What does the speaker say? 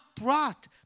brought